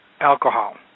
alcohol